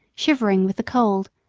shivering with the cold,